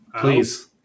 Please